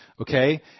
Okay